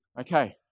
Okay